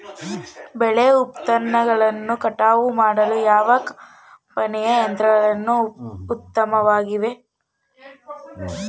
ಬೆಳೆ ಉತ್ಪನ್ನಗಳನ್ನು ಕಟಾವು ಮಾಡಲು ಯಾವ ಕಂಪನಿಯ ಯಂತ್ರಗಳು ಉತ್ತಮವಾಗಿವೆ?